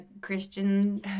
Christian